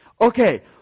Okay